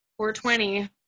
420